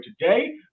today